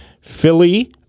Philly